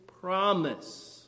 promise